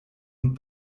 und